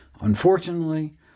Unfortunately